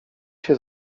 się